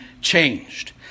changed